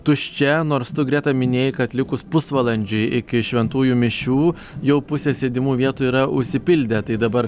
tuščia nors tu greta minėjai kad likus pusvalandžiui iki šventųjų mišių jau pusė sėdimų vietų yra užsipildę tai dabar